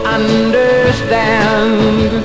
understand